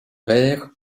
verre